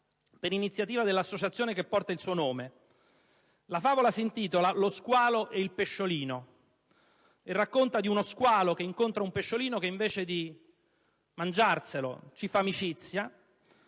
per iniziativa dell'associazione che porta il suo nome. La favola si intitola «Lo squalo e il pesciolino» e racconta di uno squalo che incontra un pesciolino e invece di mangiarlo ci fa amicizia.